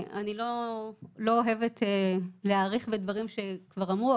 אני לא אוהבת להאריך בדברים שכבר אמרו,